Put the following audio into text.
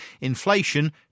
inflation